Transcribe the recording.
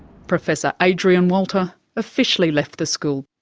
professor adrian walter officially left the school